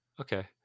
Okay